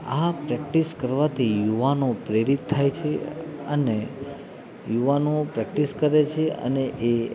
આ પ્રેક્ટિસ કરવાથી યુવાનો પ્રેરિત થાય છે અને યુવાનો પ્રેક્ટિસ કરે છે અને એ